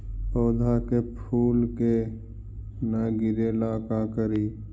पौधा के फुल के न गिरे ला का करि?